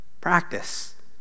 practice